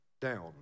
down